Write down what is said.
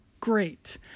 great